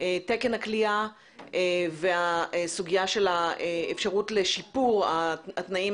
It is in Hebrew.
תקן הכליאה והסוגיה של האפשרות לשיפור התנאים